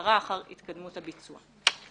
והבקרה אחר התקדמות הביצוע.